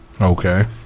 Okay